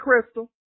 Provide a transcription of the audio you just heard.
crystal